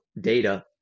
data